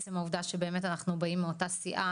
עצם העובדה שבאמת אנחנו באים מאותה סיעה,